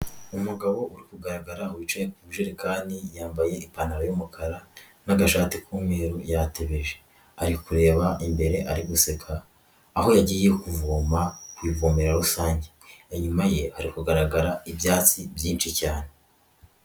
Umugabo uri kugaragara wicaye ku jerekani yambaye ipantaro y'umukara n'agashati k'umweru yatebeje. Ari kureba imbere. Ari guseka aho yagiye kuvoma ku ivomero rusange. Inyuma ye hari kugaragara ibyatsi byinshi cyane.